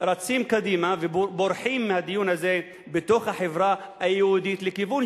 רצים קדימה ובורחים מהדיון הזה בתוך החברה היהודית לכיוון